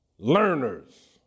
Learners